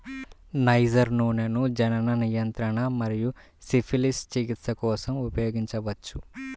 niger నూనెను జనన నియంత్రణ మరియు సిఫిలిస్ చికిత్స కోసం ఉపయోగించవచ్చు